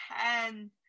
ten